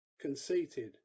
conceited